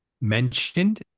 mentioned